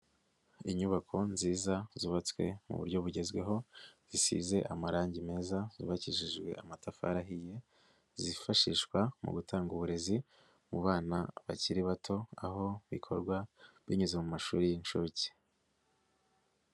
Inyubako nziza zubatswe mu buryo bugezweho, zisize amarangi meza, zubakishijwe amatafari ahiye, zifashishwa mu gutanga uburezi mu bana bakiri bato, aho bikorwa binyuze mu mashuri y'inshuke.